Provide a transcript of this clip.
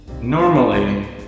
normally